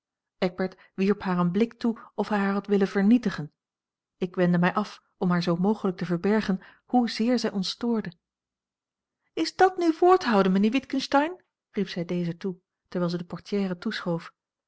eckbert wierp haar een blik toe of hij haar had willen vernietigen ik wendde mij af om haar zoo mogelijk te verbergen hoezeer zij ons stoorde is dàt nu woord houden mijnheer witgensteyn riep zij dezen toe terwijl zij de portière